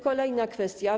Kolejna kwestia.